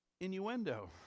innuendo